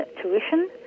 tuition